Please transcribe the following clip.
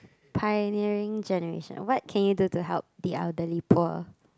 pioneering generation what can you do to help the elderly poor